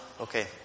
Okay